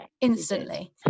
instantly